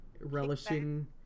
relishing